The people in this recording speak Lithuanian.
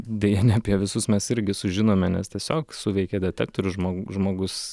deja ne apie visus mes irgi sužinome nes tiesiog suveikė detektorius žmog žmogus